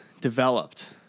developed